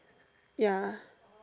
ya